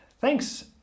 thanks